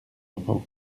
enfants